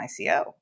ICO